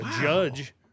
judge